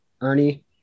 Ernie